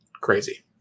crazy